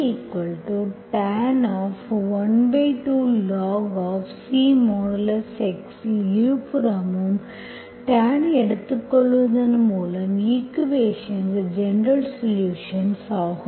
vtan 12log C X இல் இருபுறமும் tan எடுத்துக்கொள்வதன் மூலம் ஈக்குவேஷன்ஸ் ஜெனரல்சொலுஷன்ஸ் ஆகும்